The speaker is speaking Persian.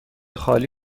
خالی